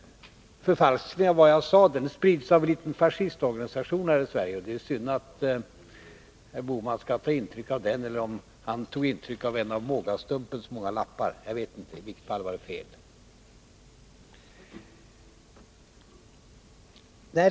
Förfalskningen av vad jag sade sprids av en liten fascistorganisation här i Sverige, och det är synd att herr Bohman skall ta intryck av den. Eller kanske han tog intryck av en av mågastumpens många lappar — jag vet inte. I vilket fall som helst var det fel.